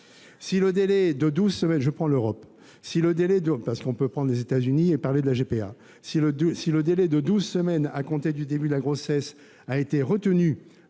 Si le délai de douze semaines à compter du début de la grossesse a été retenu